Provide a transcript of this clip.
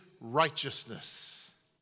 righteousness